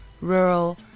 rural